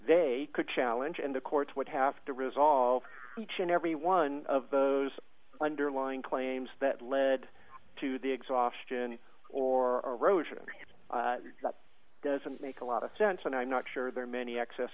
they could challenge and the courts would have to resolve each and every one of those underlying claims that lead to the exhaustion or erosion that doesn't make a lot of sense and i'm not sure there are many excess